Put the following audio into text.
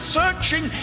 searching